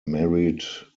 married